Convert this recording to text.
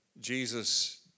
Jesus